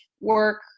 work